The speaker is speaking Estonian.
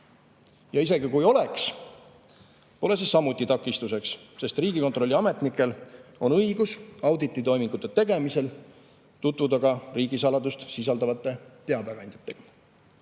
Isegi kui oleks, poleks see samuti takistuseks, sest Riigikontrolli ametnikel on õigus audititoimingute tegemisel tutvuda ka riigisaladust sisaldavate teabekandjatega.